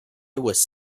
was